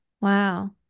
Wow